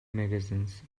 magazines